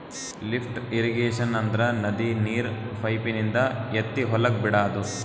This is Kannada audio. ಲಿಫ್ಟ್ ಇರಿಗೇಶನ್ ಅಂದ್ರ ನದಿ ನೀರ್ ಪೈಪಿನಿಂದ ಎತ್ತಿ ಹೊಲಕ್ ಬಿಡಾದು